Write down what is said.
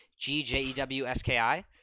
g-j-e-w-s-k-i